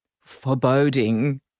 foreboding